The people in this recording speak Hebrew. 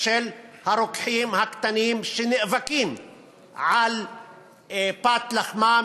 של הרוקחים הקטנים שנאבקים על פת לחמם